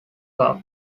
curb